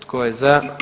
Tko je za?